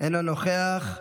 אינו נוכח.